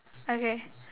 okay